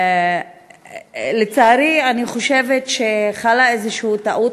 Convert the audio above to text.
לצערי, אני חושבת שחלה טעות.